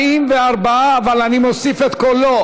44 בעד, אבל אני מוסיף את קולו,